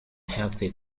healthy